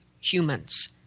humans